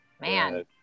man